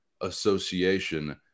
association